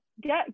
get